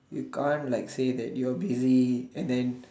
you can't like say that you're busy and then